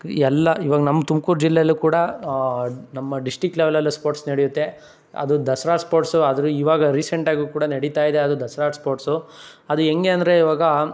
ಎಲ್ಲ ಇವಾಗ ನಮ್ಮ ತುಮ್ಕೂರು ಜಿಲ್ಲೆಯಲ್ಲು ಕೂಡ ನಮ್ಮ ಡಿಸ್ಟಿಕ್ ಲೆವೆಲಲ್ಲೂ ಸ್ಪೋರ್ಟ್ಸ್ ನಡಿಯುತ್ತೆ ಅದು ದಸರಾ ಸ್ಪೋರ್ಟ್ಸು ಆದ್ರೆ ಇವಾಗ ರೀಸೆಂಟಾಗೂ ಕೂಡ ನಡೀತಾ ಇದೆ ಅದು ದಸರಾ ಸ್ಪೋರ್ಟ್ಸು ಅದು ಹೆಂಗೆ ಅಂದರೆ ಇವಾಗ